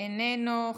איננו,